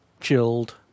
chilled